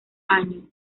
año